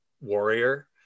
warrior